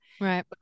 Right